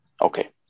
Okay